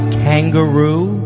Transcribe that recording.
kangaroo